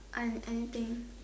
I anything